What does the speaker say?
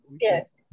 yes